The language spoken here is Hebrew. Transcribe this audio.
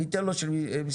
אני אתן לו של משרד הבריאות.